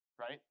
right